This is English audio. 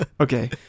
Okay